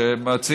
שבו מציעים,